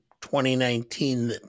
2019